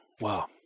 Wow